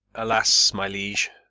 alas, my liege,